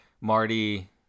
Marty